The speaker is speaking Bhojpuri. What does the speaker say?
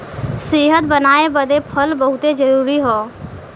सेहत बनाए बदे फल बहुते जरूरी हौ